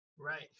Right